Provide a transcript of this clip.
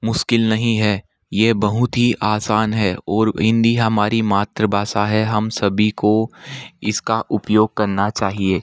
मुश्किल नहीं है यह बहुत ही आसान है और हिंदी हमारी मातृभाषा है हम सभी को इस का उपयोग करना चाहिए